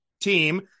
team